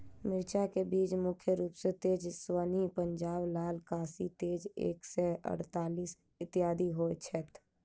मिर्चा केँ बीज मुख्य रूप सँ तेजस्वनी, पंजाब लाल, काशी तेज एक सै अड़तालीस, इत्यादि होए छैथ?